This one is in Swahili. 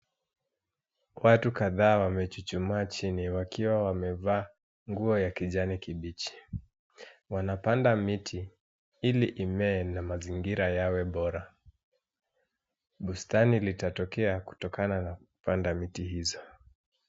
Watu kadhaa wamechuchumaa chini wakiwa wamevaa nguo ya kijani kibichi, wanapanda miti, ili imee na mazingira yawe bora. Bustani litatokea kutokana na kupanda miti hizo.